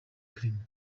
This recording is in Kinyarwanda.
clement